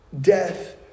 death